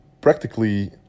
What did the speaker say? practically